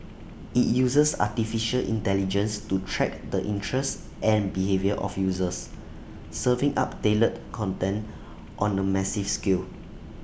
IT uses Artificial Intelligence to track the interests and behaviour of users serving up tailored content on A massive scale